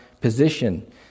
position